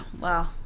Wow